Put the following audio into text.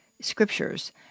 scriptures